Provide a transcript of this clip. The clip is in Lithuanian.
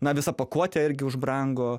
na visa pakuotė irgi užbrango